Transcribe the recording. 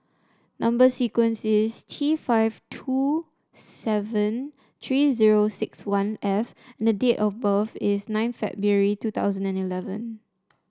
number sequence is T five two seven three zero six one F and the date of birth is nine February two thousand and eleven